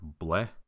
bleh